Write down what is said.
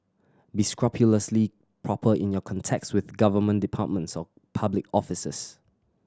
be scrupulously proper in your contacts with government departments or public officers